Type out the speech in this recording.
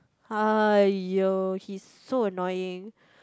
!aiyo! he's so annoying